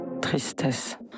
tristesse